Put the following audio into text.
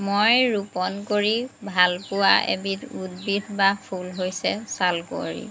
মই ৰোপণ কৰি ভালপোৱা এবিধ উদ্ভিদ বা ফুল হৈছে ছালকুঁৱৰী